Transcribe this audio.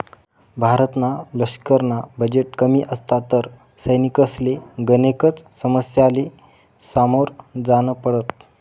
भारतना लशकरना बजेट कमी असता तर सैनिकसले गनेकच समस्यासले समोर जान पडत